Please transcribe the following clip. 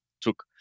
took